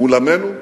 מול עמנו,